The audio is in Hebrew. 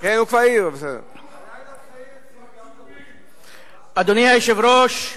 חבר הכנסת נסים זאב, שב,